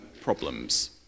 problems